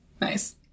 Nice